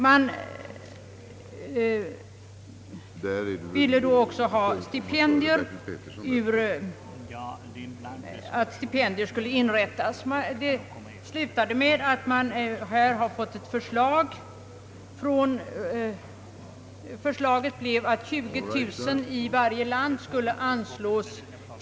Man ville då också att stipendier skulle inrättas. Förslaget blev att 20 000 kronor i varje land skulle anslås.